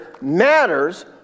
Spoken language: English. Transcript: matters